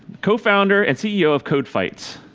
co-founder and ceo of codefights.